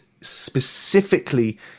specifically